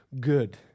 good